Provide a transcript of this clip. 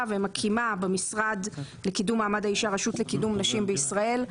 ומקימה במשרד לקידום מעמד האישה רשות לקידום נשים בישראל.